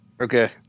Okay